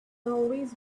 always